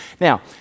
Now